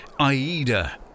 Aida